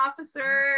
officer